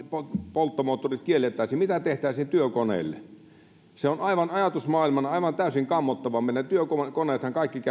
polttomoottorit kieltäisimme mitä tehtäisiin työkoneille se on ajatusmaailmana aivan täysin kammottava meidän työkoneemmehan kaikki